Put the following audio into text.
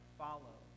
follow